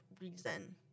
reason